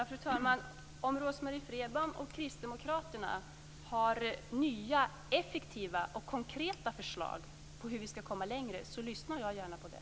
Fru talman! Om Rose-Marie Frebran och kristdemokraterna har nya, effektiva och konkreta förslag på hur vi skall komma längre lyssnar jag gärna på dem.